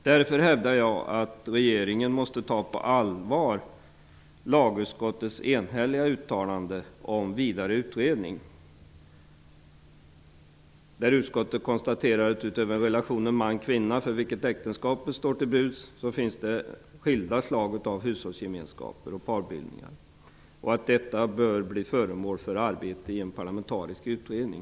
Därför hävdar jag att regeringen måste ta lagutskottets enhälliga uttalande om vidare utredning på allvar. Utskottet konstaterar att det utöver relationen man--kvinna, för vilken äktenskapet står till buds, finns skilda slag av hushållsgemenskaper och parbildningar och att detta bör bli föremål för arbete i en parlamentarisk utredning.